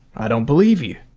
i don't believe you.